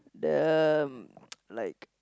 the like